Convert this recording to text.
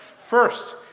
First